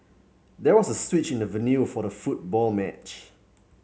there was a switch in the venue for the football match